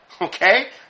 Okay